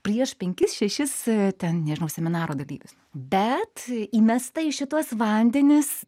prieš penkis šešis ten nežinau seminaro dalyvius bet įmesta į šituos vandenis